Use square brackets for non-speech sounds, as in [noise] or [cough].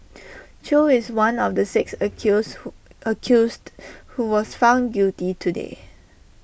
[noise] chew is one of the six accuse who accused who was found guilty today